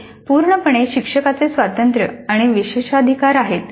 हे पूर्णपणे शिक्षकांचे स्वातंत्र्य आणि विशेषाधिकार आहे